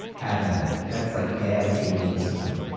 have at it. that's like bad table discipline.